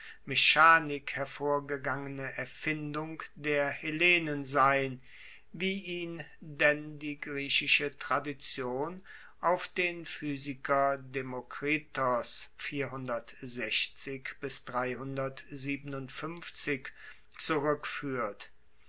mechanik hervorgegangene erfindung der hellenen sein wie ihn denn die griechische tradition auf den physiker demokritos zurueckfuehrt